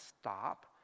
stop